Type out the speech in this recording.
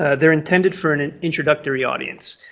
ah they're intended for an an introductory audience.